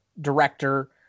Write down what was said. director